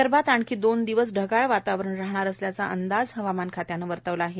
विदर्भात आणखी दोन दिवस ढगाळ वातावरण राहणार असल्याच अंदाज हवामान खात्यान वर्तवला आहे